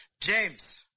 james